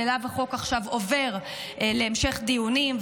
שהחוק עובר אליו עכשיו להמשך דיונים,